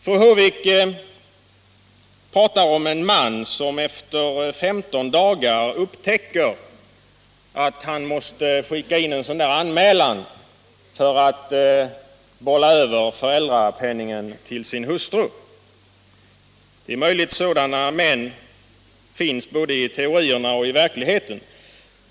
Fru Håvik talar om en man som efter 15 dagar upptäcker att han måste skicka en anmälan för att bolla över föräldrapenningen till sin hustru. Det är möjligt att sådana män finns både i teorin och i verkligheten.